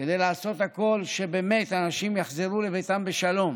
כדי לעשות הכול כדי שבאמת אנשים יחזרו לביתם בשלום,